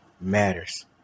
matters